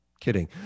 kidding